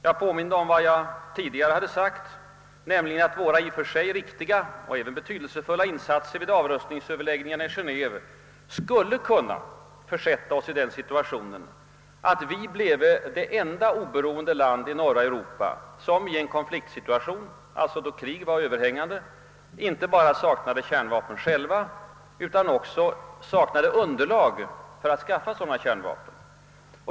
Jag påminde om vad jag tidigare framhållit, nämligen att våra i och för sig riktiga och även betydelsefulla insatser vid avrustningsöverläggningarna i Genéve skulle kunna försätta oss i den situationen, att vi bleve det enda oberoende landet i norra Europa som i en konfliktsituation — d.v.s. när krig är överhängande — inte bara självt saknade kärnvapen utan även saknade underlag för att skaffa sådana vapen.